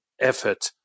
effort